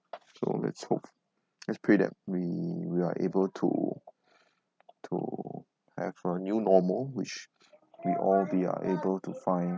so let's hope let's pray that we we are able to to have a new normal which we all we are able to find